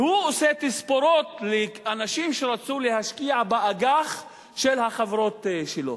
והוא עושה תספורות לאנשים שרצו להשקיע באג"ח של החברות שלו.